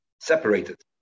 separated